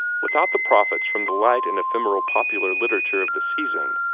without the profits from the light and ephemeral popular literature of the season,